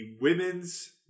women's